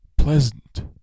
Pleasant